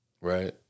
Right